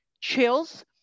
chills